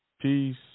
Peace